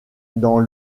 dans